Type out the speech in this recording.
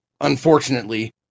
unfortunately